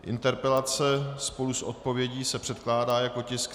Interpelace spolu s odpovědí se předkládá jako tisk 364.